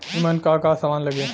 ईमन का का समान लगी?